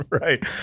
Right